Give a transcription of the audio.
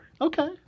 Okay